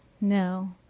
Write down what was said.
No